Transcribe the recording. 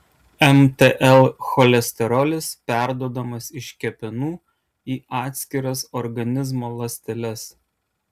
mtl cholesterolis perduodamas iš kepenų į atskiras organizmo ląsteles